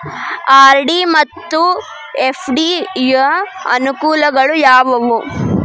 RD ಮತ್ತು FD ಯ ಅನುಕೂಲಗಳು ಯಾವವು?